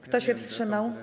Kto się wstrzymał?